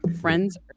friends